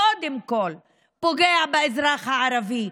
קודם כול פוגע באזרח הערבי,